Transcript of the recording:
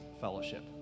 fellowship